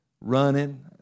running